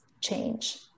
change